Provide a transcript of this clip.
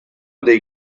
dei